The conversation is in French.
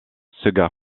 sega